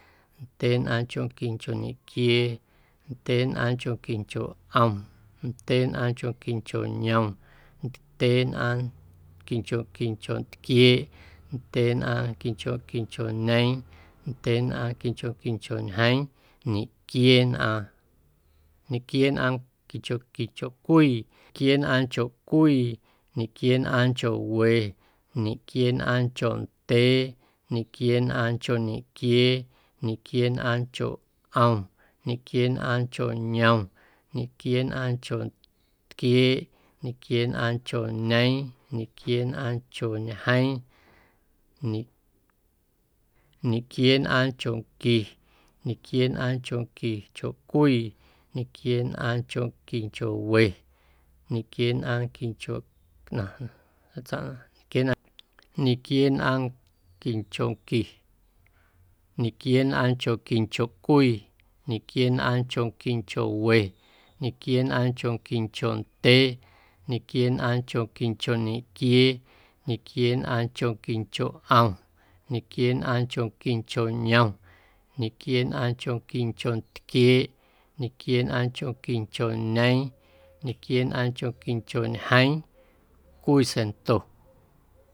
Ndyeenꞌaaⁿnchonquincho ñequiee, ndyeenꞌaaⁿnchonquincho ꞌom, ndyeenꞌaaⁿnchonquincho yom, ndyeenꞌaaⁿ quinchoquincho ntquieeꞌ, ndyeenꞌaaⁿ quinchoquincho ñeeⁿ, ndyeenꞌaaⁿ quinchoquincho ñjeeⁿ, ñequieenꞌaaⁿ, ñequieenꞌaa quinchoquincho cwii, nquieenꞌaaⁿncho cwii ñequieenꞌaaⁿncho we, ñequieenꞌaaⁿncho ndyee, ñequieenꞌaaⁿncho ñequiee, ñequieenꞌaaⁿncho ꞌom, ñequieenꞌaaⁿncho yom, ñequieenꞌaaⁿncho ntquieeꞌ, ñequieenꞌaaⁿncho ñeeⁿ, ñequieenꞌaaⁿncho ñjeeⁿ, ñe ñequieenꞌaaⁿnchonqui, ñequieenꞌaaⁿnchonquincho cwii, ñequieenꞌaaⁿnchonquincho we, ñequieenꞌaaⁿquincho ꞌnaⁿ seitsaⁿꞌnaꞌ ja, nquieenꞌaaⁿ, ñequieenꞌaaⁿquinchoqui, ñequieenꞌaaⁿnchonquincho cwii, ñequieenꞌaaⁿnchonquincho we, ñequieenꞌaaⁿnchonquincho ndyee, ñequieenꞌaaⁿnchonquincho ñequiee, ñequieenꞌaaⁿnchonquincho ꞌom, ñequieenꞌaaⁿnchonquincho yom, ñequieenꞌaaⁿnchonquincho ntquieeꞌ, ñequieenꞌaaⁿnchonquincho ñeeⁿ, ñequieenꞌaaⁿnchonquincho ñjeeⁿ, cwii siaⁿnto.